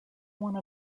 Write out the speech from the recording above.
one